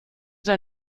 der